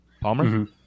Palmer